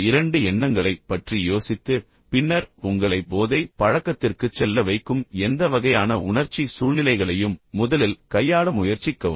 இந்த இரண்டு எண்ணங்களைப் பற்றி யோசித்து பின்னர் உங்களை போதை பழக்கத்திற்குச் செல்ல வைக்கும் எந்த வகையான உணர்ச்சி சூழ்நிலைகளையும் முதலில் கையாள முயற்சிக்கவும்